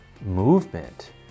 movement